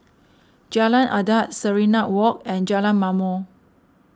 Jalan Adat Serenade Walk and Jalan Ma'mor